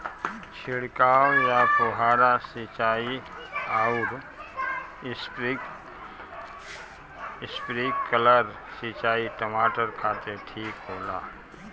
छिड़काव या फुहारा सिंचाई आउर स्प्रिंकलर सिंचाई टमाटर खातिर ठीक होला?